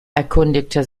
erkundigte